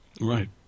Right